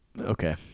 Okay